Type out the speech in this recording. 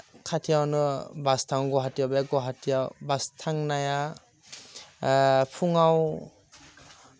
खाथियावनो बास थाङो गवाहाटीयाव बेयाव गवाहाटीयाव बास थांनाया फुङाव